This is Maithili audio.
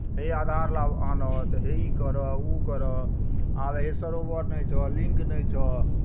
हे आधार ला आनह तऽ हे ई करह ओ करह आब हे सर्वर नहि छह लिंक नहि छह